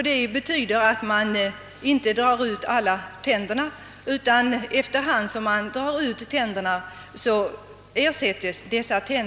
Det betyder att man inte drar ut alla tänderna på en gång utan efter hand som man drar ut tänderna ersättes de.